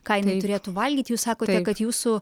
ką jinai turėtų valgyti jūs sakote kad jūsų